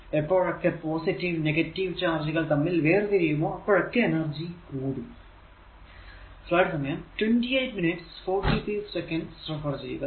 എപ്പോളൊക്കെ positive negative ചാർജുകൾ തമ്മിൽ വേർതിരിയുമോ അപ്പോഴൊക്കെ എനർജി കൂടും